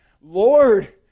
Lord